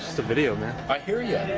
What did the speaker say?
a video man. i hear ya.